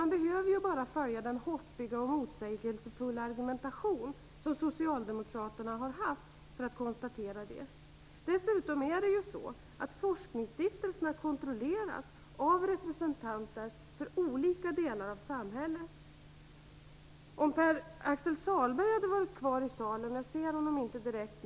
Man behöver bara följa den hoppiga och motsägelsefulla argumentation som socialdemokraterna har haft för att konstatera detta. Dessutom kontrolleras forskningsstiftelserna av representanter för olika delar av samhället. Pär-Axel Sahlberg talade tidigare om sluten privatisering.